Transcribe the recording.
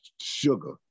sugar